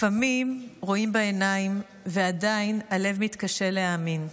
לפעמים רואים בעיניים ועדיין הלב מתקשה להאמין.